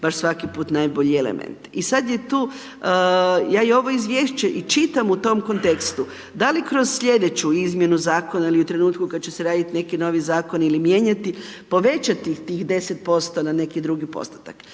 baš svaki put najbolji element. I sad je tu, ja ovo izvješće i čitam u tom kontekstu, da li kroz slijedeću izmjenu zakona ili u trenutku kad će se radit neki novi zakon ili mijenjati, povećati tih 10% na neki drugi postotak,